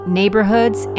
neighborhoods